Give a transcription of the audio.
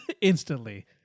instantly